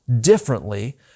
differently